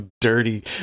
dirty